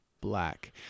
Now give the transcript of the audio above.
black